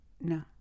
No